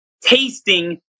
tasting